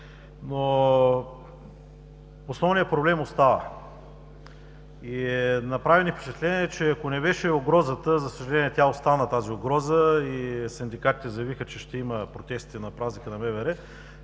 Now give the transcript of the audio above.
Основният проблем остава. Направи ни впечатление, че ако не беше угрозата – за съжаление, тя остана и синдикатите заявиха, че ще има протести на празника на МВР,